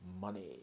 money